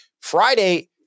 Friday